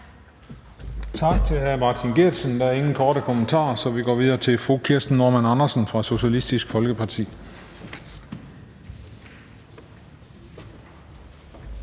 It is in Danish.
Tak til hr. Martin Geertsen. Der er ingen korte bemærkninger, så vi går videre til fru Kirsten Normann Andersen fra Socialistisk Folkeparti.